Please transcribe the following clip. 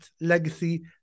legacy